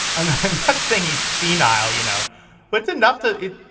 i'm i'm not saying he's senile you know what's enough to it.